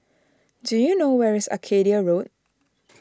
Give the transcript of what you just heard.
do you know where is Arcadia Road